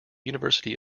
university